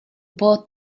bought